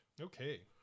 Okay